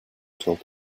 told